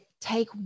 take